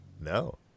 no